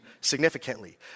significantly